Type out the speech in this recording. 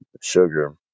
sugar